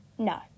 no